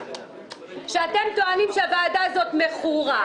שאתם טוענים שהוועדה הזאת מכורה,